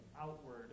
outward